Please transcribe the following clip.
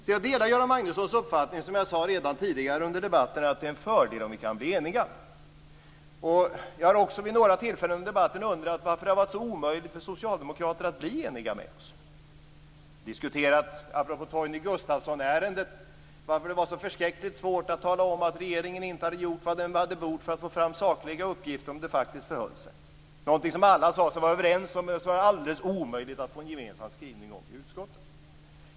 Jag delar Göran Magnussons uppfattning. Jag sade redan tidigare under debatten att det är en fördel om vi kan bli eniga. Jag har också under några tillfällen under debatten undrat varför det har varit så omöjligt för socialdemokrater att bli eniga med oss. Apropå ärendet angående Torgny Gustafsson har vi diskuterat varför det varit så förskräckligt svårt att tala om att regeringen inte hade gjort vad den bort göra för att få fram sakliga uppgifter om hur det faktiskt förhöll sig. Det var något som alla sade sig vara överens om, men som det var alldeles omöjligt att få en gemensam skrivning om i utskottet.